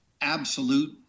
absolute